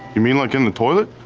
you mean like in the toilet?